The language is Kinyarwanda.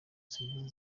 service